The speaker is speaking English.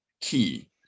key